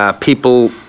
people